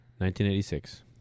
1986